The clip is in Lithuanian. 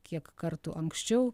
kiek kartų anksčiau